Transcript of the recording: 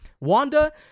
Wanda